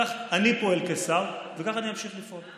כך אני פועל כשר וכך אני אמשיך לפעול.